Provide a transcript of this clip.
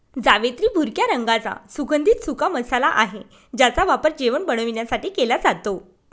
जावेत्री भुरक्या रंगाचा सुगंधित सुका मसाला आहे ज्याचा वापर जेवण बनवण्यासाठी केला जातो